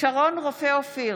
שרון רופא אופיר,